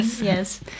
Yes